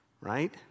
right